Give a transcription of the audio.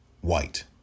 white